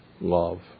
love